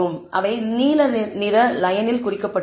அவை நீல நிற லயனில் குறிக்கப்பட்டது